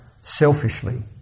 selfishly